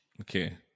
Okay